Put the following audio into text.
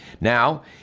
Now